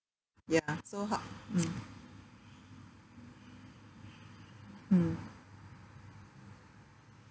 ya so how mm mm